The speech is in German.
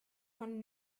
von